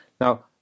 Now